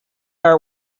our